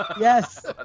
Yes